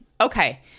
Okay